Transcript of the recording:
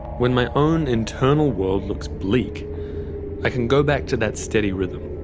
when my own internal world looks bleak i can go back to that steady rhythm.